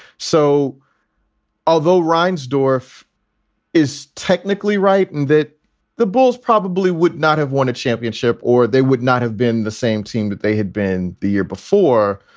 so although reinsdorf is technically right and that the bulls probably would not have won a championship or they would not have been the same team that they had been the year before.